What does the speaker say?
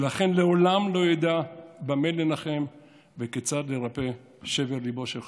ולכן לעולם לא ידע במה לנחם וכיצד לרפא שבר ליבו של חברו.